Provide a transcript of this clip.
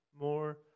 more